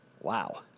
Wow